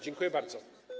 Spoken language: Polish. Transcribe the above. Dziękuję bardzo.